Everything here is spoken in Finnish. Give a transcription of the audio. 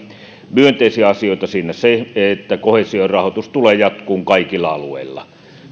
myönteisiä asioita siinä on se että koheesiorahoitus tulee jatkumaan kaikilla alueilla